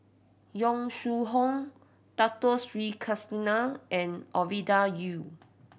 Yong Shu Hoong Dato Sri Krishna and Ovidia Yu